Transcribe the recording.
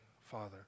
father